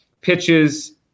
pitches